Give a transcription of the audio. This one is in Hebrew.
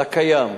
על הקיים.